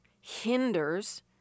hinders